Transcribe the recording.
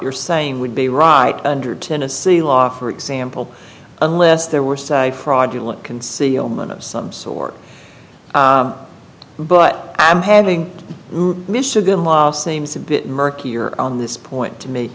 you're saying would be right under tennessee law for example unless there were a fraudulent concealment of some sort but i'm having michigan law seems a bit murkier on this point to me